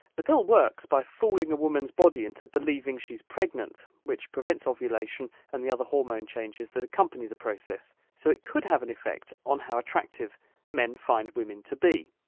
the pill works by fooling a woman's body into believing that she is pregnant, which prevents ovulation and the other hormone changes that accompany the process, so it could have an effect on how attractive men find women to be.